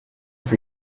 for